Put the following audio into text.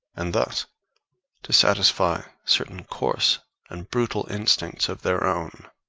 and thus to satisfy certain coarse and brutal instincts of their own.